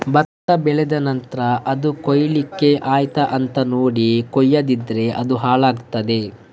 ಭತ್ತ ಬೆಳೆದ ನಂತ್ರ ಅದು ಕೊಯ್ಲಿಕ್ಕೆ ಆಯ್ತಾ ಅಂತ ನೋಡಿ ಕೊಯ್ಯದಿದ್ರೆ ಅದು ಹಾಳಾಗ್ತಾದೆ